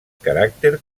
caràcter